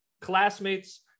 classmates